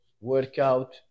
workout